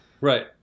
Right